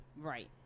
Right